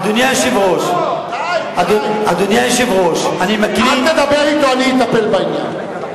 אל תדבר אתו, אני אטפל בעניין.